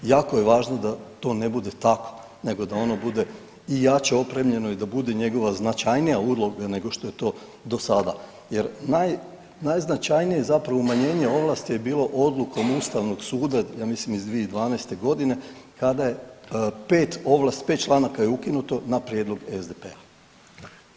Jako je važno da to ne bude tako nego da ono bude i jače opremljeno i da bude njegova značajnija uloga nego što je to do sada jer najznačajnije zapravo umanjenje ovlasti je bilo odlukom Ustavnog suda ja mislim iz 2012. godine kada je 5 ovlasti, 5 članaka je ukinuto na prijedlog SDP-a.